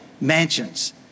mansions